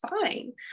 fine